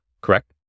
correct